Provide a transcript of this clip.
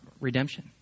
redemption